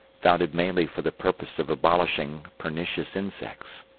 founded mainly for the purpose of abolishing pernicious insects.